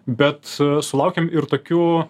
bet sulaukėm ir tokių